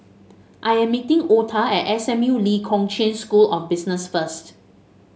I am meeting Ota at S M U Lee Kong Chian School of Business first